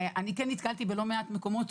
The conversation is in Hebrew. אני כן נתקלתי בלא מעט מקומות,